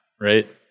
right